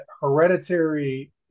Hereditary